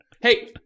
Hey